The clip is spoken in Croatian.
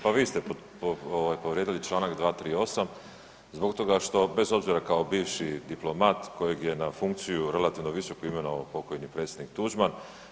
Pa vi ste povrijedili čl. 238. zbog toga što bez obzira kao bivši diplomat kojeg je na funkciju relativno visoku imenovao pokojni predsjednik Tuđman.